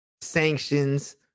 sanctions